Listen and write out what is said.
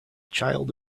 child